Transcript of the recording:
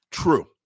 true